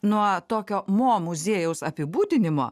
nuo tokio mo muziejaus apibūdinimo